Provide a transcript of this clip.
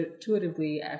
intuitively